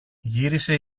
γύρισε